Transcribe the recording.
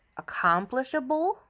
accomplishable